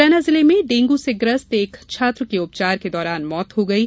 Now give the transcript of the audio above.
मुरैना जिले में डेंगू से ग्रस्त एक छात्र के उपचार के दौरान मौत हो गयी